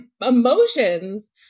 emotions